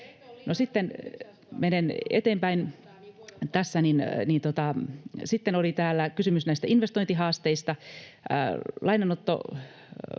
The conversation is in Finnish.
sitten menen eteenpäin tässä, ja oli kysymys näistä investointihaasteista: